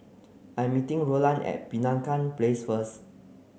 I'm meeting Rolland at Penaga Place first